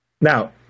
Now